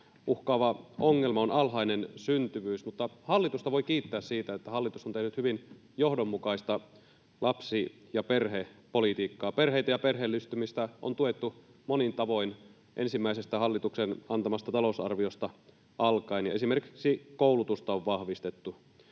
uhkaava ongelma on alhainen syntyvyys, mutta hallitusta voi kiittää siitä, että hallitus on tehnyt hyvin johdonmukaista lapsi‑ ja perhepolitiikkaa. Perheitä ja perheellistymistä on tuettu monin tavoin ensimmäisestä hallituksen antamasta talousarviosta alkaen, ja esimerkiksi koulutusta on vahvistettu.